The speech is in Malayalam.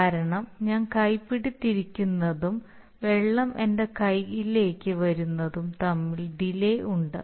കാരണം ഞാൻ കൈപ്പിടി തിരിക്കുന്നതും വെള്ളം എന്റെ കൈയിലേക്ക് വരുന്നതും തമ്മിൽ ഡിലേ ഉണ്ട്